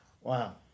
Wow